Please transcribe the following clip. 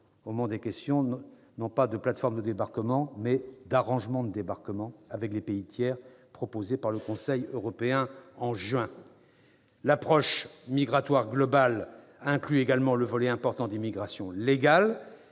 le cadre des questions - non pas de « plateformes de débarquement », mais d'« arrangements de débarquement » avec les pays tiers, proposés par le Conseil européen en juin. L'approche migratoire globale inclut également le volet important des migrations légales.